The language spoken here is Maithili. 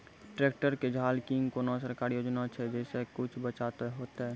ट्रैक्टर के झाल किंग कोनो सरकारी योजना छ जैसा कुछ बचा तो है ते?